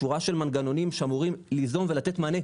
שורה של מנגנונים שאמורים ליזום ולתת מענה,